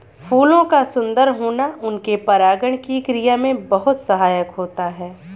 फूलों का सुंदर होना उनके परागण की क्रिया में बहुत सहायक होता है